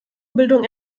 bildung